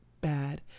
bad